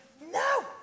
No